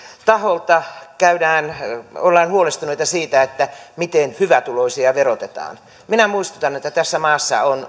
taholta ollaan huolestuneita siitä miten hyvätuloisia verotetaan minä muistutan että tässä maassa on